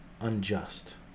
unjust